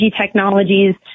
technologies